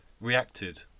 reacted